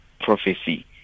prophecy